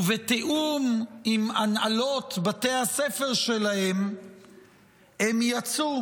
ובתיאום עם הנהלות בתי הספר שלהם הם יצאו